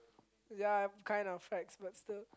ya I'm of facts but still